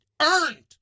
earned